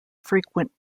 frequent